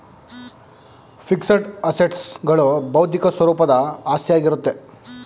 fixed assets ಗಳು ಬೌದ್ಧಿಕ ಸ್ವರೂಪದ ಆಸ್ತಿಯಾಗಿರುತ್ತೆ